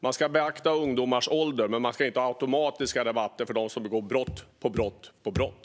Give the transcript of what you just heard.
Man ska beakta ungdomars ålder, men man ska inte ha automatiska rabatter för dem som begår brott på brott.